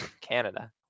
Canada